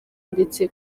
ndetse